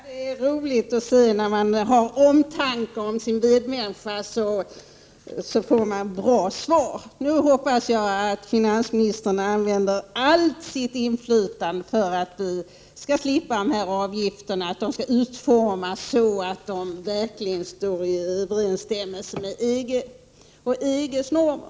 Herr talman! Det är roligt att se att man när man visar omtanke om sin medmänniska får bra svar. Nu hoppas jag att finansministern använder allt sitt inflytande för att vi skall slippa tullförrättningsavgifterna eller för att de skall utformas så att de verkligen står i överensstämmelse med EG:s normer.